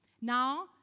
Now